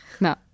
no